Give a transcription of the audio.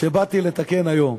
שבאתי לתקן היום.